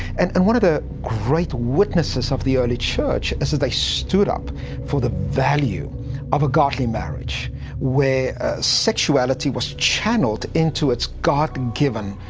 and and one of the great witnesses of the early church, they stood up for the value of a godly marriage where sexuality was channeled into its god-given